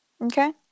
Okay